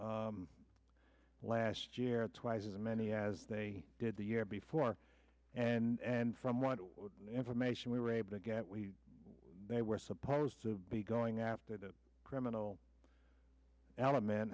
people last year twice as many as they did the year before and from what information we were able to get we they were supposed to be going after the criminal element